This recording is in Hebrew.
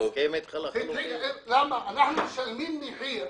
אנחנו משלמים מחיר.